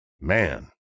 man